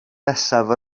nesaf